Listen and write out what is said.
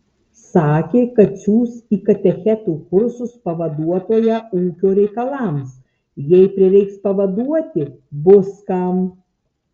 sakė kad siųs į katechetų kursus pavaduotoją ūkio reikalams jei prireiks pavaduoti bus kam